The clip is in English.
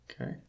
Okay